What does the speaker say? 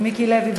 את מיקי לוי,